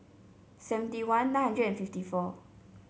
seventy one nine hundred and fifty four